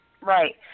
Right